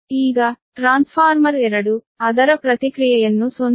ಈಗ ಟ್ರಾನ್ಸ್ಫಾರ್ಮರ್ 2 ಅದರ ಪ್ರತಿಕ್ರಿಯೆಯನ್ನು 0